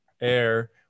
air